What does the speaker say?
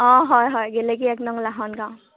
অঁ হয় হয় গেলেকী এক নং লাহন গাঁও